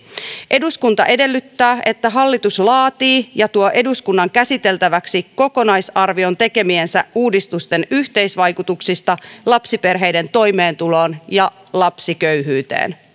eduskunta edellyttää että hallitus laatii ja tuo eduskunnan käsiteltäväksi kokonaisarvion tekemiensä uudistusten yhteisvaikutuksista lapsiperheiden toimeentuloon ja lapsiköyhyyteen